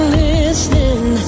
listening